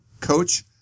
coach